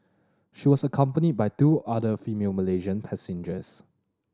she was accompanied by two other female Malaysian passengers